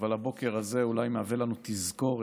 אבל הבוקר הזה אולי מהווה לנו תזכורת